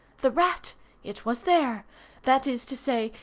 the rat it was there that is to say,